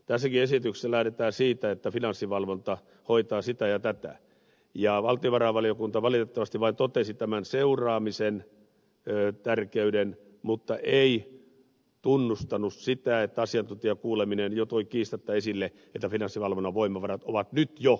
tässäkin esityksessä lähdetään siitä että finanssivalvonta hoitaa sitä ja tätä ja valtiovarainvaliokunta valitettavasti vain totesi tämän seuraamisen tärkeyden mutta ei tunnustanut sitä että asiantuntijakuuleminen jo toi kiistatta esille että finanssivalvonnan voimavarat ovat nyt jo riittämättömät